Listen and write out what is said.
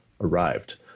arrived